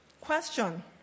Question